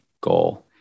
goal